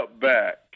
back